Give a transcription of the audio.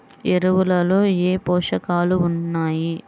ఎరువులలో ఏ పోషకాలు ఉన్నాయి?